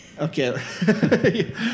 Okay